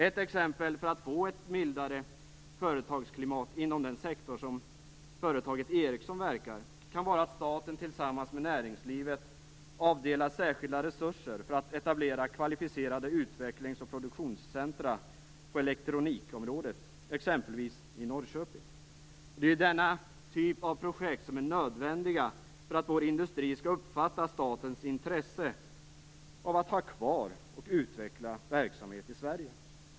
Ett exempel på hur man kan få ett mildare företagsklimat inom den sektor som företaget Ericsson verkar i, kan vara att staten tillsammans med näringslivet avdelar särskilda resurser för att etablera kvalificerade utvecklings och produktionscentrum på elektronikområdet i exempelvis Norrköping. Det är den typen av projekt som är nödvändiga för att vår industri skall uppfatta statens intresse av att ha kvar och utveckla verksamhet i Sverige.